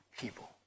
people